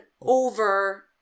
over